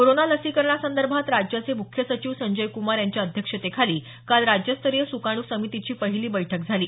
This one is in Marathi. कोरोना लसीकरणासंदर्भात राज्याचे मुख्य सचिव संजय कुमार यांच्या अध्यक्षतेखाली काल राज्यस्तरीय सुकाणू समितीची पहिली बैठक झाली